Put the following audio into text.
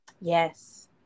Yes